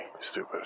stupid